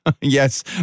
yes